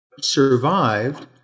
Survived